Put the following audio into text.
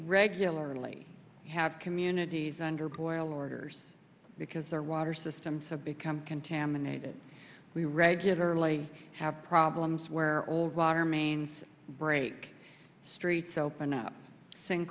regularly have communities under boil orders because their water systems have become contaminated we regularly have problems where old water mains break streets open up sin